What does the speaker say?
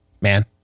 man